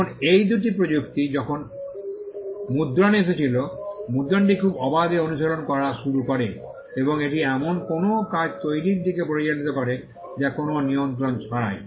এখন এই দুটি প্রযুক্তি যখন মুদ্রণে এসেছিল মুদ্রণটি খুব অবাধে অনুশীলন করা শুরু করে এবং এটি এমন কোনও কাজ তৈরির দিকে পরিচালিত করে যা কোনও নিয়ন্ত্রণ ছাড়াই